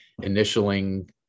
initialing